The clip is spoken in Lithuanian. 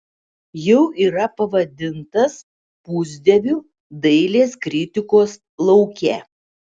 jau yra pavadintas pusdieviu dailės kritikos lauke